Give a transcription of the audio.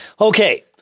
Okay